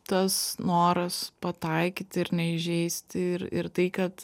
tas noras pataikyt ir neįžeisti ir ir tai kad